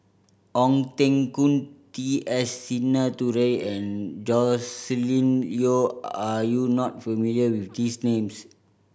Ong Teng Koon T S Sinnathuray and Joscelin Yeo are you not familiar with these names